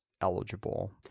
eligible